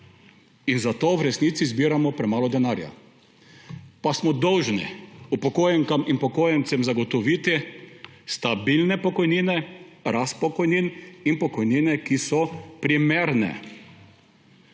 Zato v resnici zbiramo premalo denarja, pa smo dolžni upokojenkam in upokojencem zagotoviti stabilne pokojnine, rast pokojnin in pokojnine, ki so primerne.